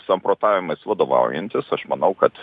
samprotavimais vadovaujantis aš manau kad